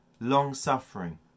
long-suffering